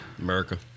America